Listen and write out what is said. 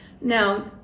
Now